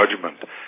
judgment